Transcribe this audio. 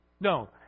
No